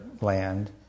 land